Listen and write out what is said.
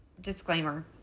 Disclaimer